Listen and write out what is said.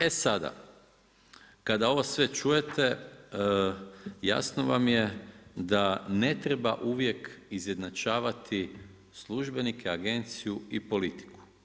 E sada, kada ovo sve čujete, jasno vam je da ne treba uvijek izjednačavati službenike, agencije i politiku.